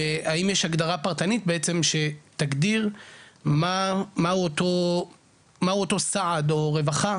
והאם יש הגדרה פרטנית בעצם שתגדיר מהו אותו סעד או רווחה,